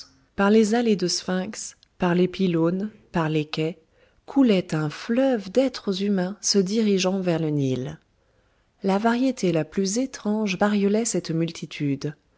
par les allées de sphinx par les pylônes par les quais coulait un fleuve d'êtres humains se dirigeant vers le nil la variété la plus étrange bariolait cette multitude